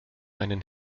einen